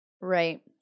Right